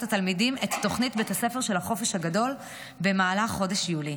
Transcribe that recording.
התלמידים את תוכנית בית הספר של החופש הגדול במהלך חודש יולי.